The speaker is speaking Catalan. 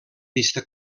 pista